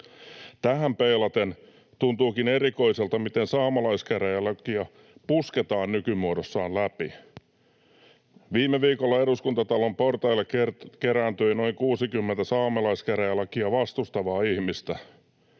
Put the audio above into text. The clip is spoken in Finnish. Tähän peilaten tuntuukin erikoiselta, miten saamelaiskäräjälakia pusketaan nykymuodossaan läpi. Viime viikolla Eduskuntatalon portaille kerääntyi noin 60 saamelaiskäräjälakia vastustavaa ihmistä